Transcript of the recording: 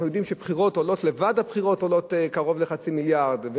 אנחנו יודעים שהבחירות לבד עולות קרוב לחצי מיליארד,